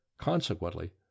Consequently